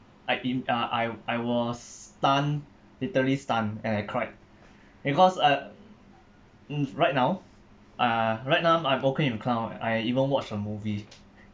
I err uh I I was stunned literally stunned and I cried because I mm right now uh right now I'm okay in clown I even watch a movie